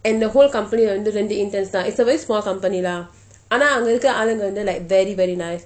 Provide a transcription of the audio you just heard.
and the whole company லே இரண்டு:lei irandu interns தான்:thaan it's a very small company lah ஆனால் அங்கு இருக்கிற ஆளுங்க:aanaal anku irukkira aalunka like very very nice